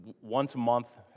once-a-month